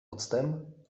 octem